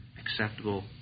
acceptable